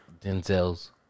Denzel's